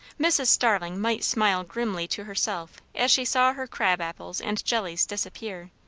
mrs. starling might smile grimly to herself as she saw her crab-apples and jellies disappear,